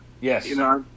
Yes